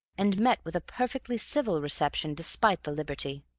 and met with a perfectly civil reception despite the liberty.